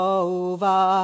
over